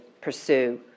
pursue